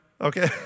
Okay